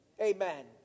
amen